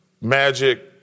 Magic